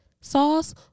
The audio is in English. sauce